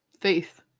Faith